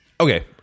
Okay